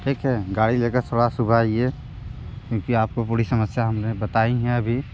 ठीक है गाड़ी ले कर थोड़ा सुबह आइए क्योंकि आपको पूरी समस्या हम ने बताई है अभी